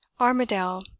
Armadale